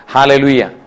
Hallelujah